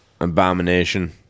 Abomination